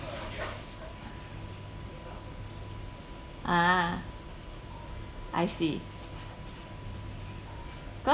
ah I see cause